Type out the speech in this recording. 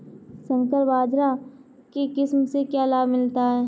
संकर बाजरा की किस्म से क्या लाभ मिलता है?